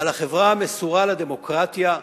חברה המסורה לדמוקרטיה,